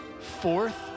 fourth